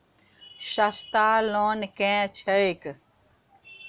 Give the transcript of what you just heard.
सस्ता लोन केँ छैक